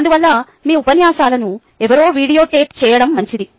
అందువల్ల మీ ఉపన్యాసాలను ఎవరో వీడియో టేప్ చేయడం మంచిది